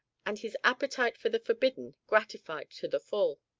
and his appetite for the forbidden gratified to the full.